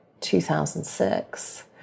2006